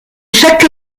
chaque